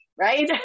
Right